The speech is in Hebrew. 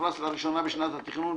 שאוכלס לראשונה בשנת התכנון,